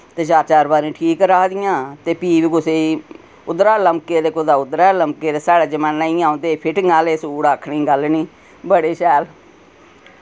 ते चार चार बारी ठीक करा दियां ते फ्ही कुतै उद्धरा लमके दे कुतै उद्धरा लमके दे साढ़े जमाने इ'यां औंदे फिटिंग आह्ले सूट आखने दी गल्ल निं बड़े शैल